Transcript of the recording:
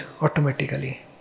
automatically